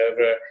over